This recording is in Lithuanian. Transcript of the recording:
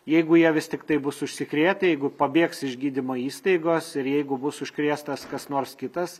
jeigu jie vis tiktai bus užsikrėtę jeigu pabėgs iš gydymo įstaigos ir jeigu bus užkrėstas kas nors kitas